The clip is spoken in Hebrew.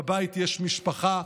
בבית יש משפחה,